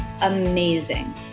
amazing